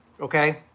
Okay